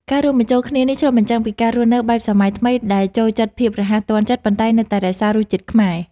ការរួមបញ្ចូលគ្នានេះឆ្លុះបញ្ចាំងពីការរស់នៅបែបសម័យថ្មីដែលចូលចិត្តភាពរហ័សទាន់ចិត្តប៉ុន្តែនៅតែរក្សារសជាតិខ្មែរ។